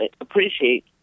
appreciate